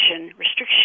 Restriction